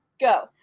go